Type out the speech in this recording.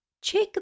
check